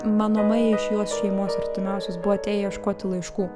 manomai iš jos šeimos artimiausios buvo atėję ieškoti laiškų